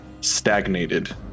stagnated